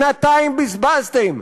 שנתיים בזבזתם.